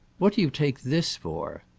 what do you take this for?